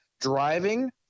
driving